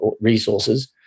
resources